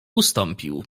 ustąpił